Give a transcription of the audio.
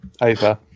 over